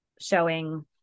showing